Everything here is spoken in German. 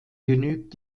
genügt